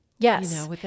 Yes